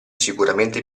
sicuramente